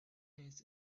has